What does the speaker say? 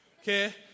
okay